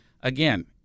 again